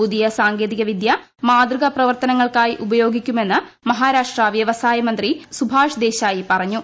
പുതിയ സാങ്കേതിക വിദ്യ മാതൃക പ്രവർത്തനങ്ങൾക്കായി ഉപയോഗിക്കുമെന്ന് മഹാരാഷ്ട്ര വ്യവസായ മന്ത്രി സുഭാഷ് ദേശായി പറഞ്ഞു